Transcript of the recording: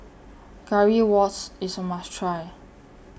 Currywurst IS A must Try